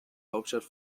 hauptstadt